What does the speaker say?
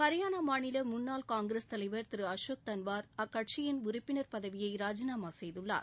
ஹரியானா மாநில முன்னாள் காங்கிரஸ் தலைவர் திரு அசோக் தன்வார் அக்கட்சியின் உறுப்பினர் பதவியை ராஜினாமா செய்தார்